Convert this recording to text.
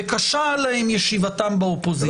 וקשה עליהם ישיבתם באופוזיציה.